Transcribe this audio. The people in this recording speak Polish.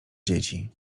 dzieci